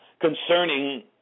concerning